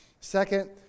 second